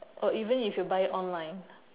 uh even if you buy it online